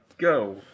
go